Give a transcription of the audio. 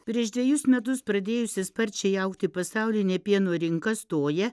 prieš dvejus metus pradėjusi sparčiai augti pasaulinė pieno rinka stoja